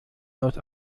aus